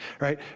Right